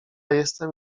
jestem